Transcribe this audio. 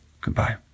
Goodbye